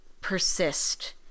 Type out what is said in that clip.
persist